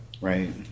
Right